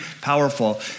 powerful